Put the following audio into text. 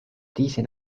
diesen